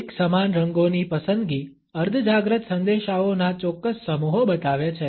એકસમાન રંગોની પસંદગી અર્ધજાગ્રત સંદેશાઓના ચોક્કસ સમૂહો બતાવે છે